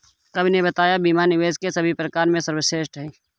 कवि ने बताया बीमा निवेश के सभी प्रकार में सर्वश्रेष्ठ है